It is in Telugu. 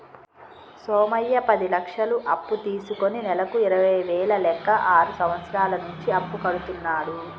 సోమయ్య పది లక్షలు అప్పు తీసుకుని నెలకు ఇరవై వేల లెక్క ఆరు సంవత్సరాల నుంచి అప్పు కడుతున్నాడు